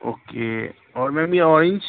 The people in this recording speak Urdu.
اوکے اور میم یہ آئلس